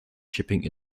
shipping